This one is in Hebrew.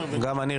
רוויזיה